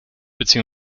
bzw